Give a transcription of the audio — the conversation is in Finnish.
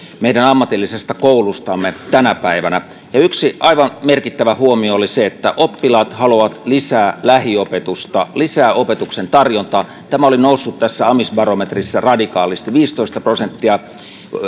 meidän ammatillisesta koulustamme tänä päivänä ja yksi aivan merkittävä huomio oli se että oppilaat haluavat lisää lähiopetusta lisää opetuksen tarjontaa tämä oli noussut tässä amisbarometrissa radikaalisti viisitoista prosenttia